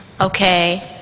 Okay